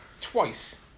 Twice